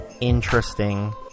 interesting